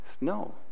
no